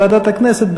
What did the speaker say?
בוועדת הכנסת,